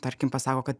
tarkim pasako kad